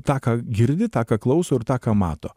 tą ką girdi tą klauso ir tą ką mato